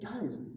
guys